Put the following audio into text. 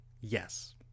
yes